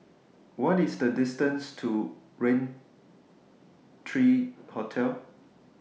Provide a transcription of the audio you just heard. What IS The distance to Raintr thirty three Hotel